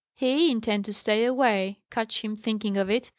he intend to stay away! catch him thinking of it,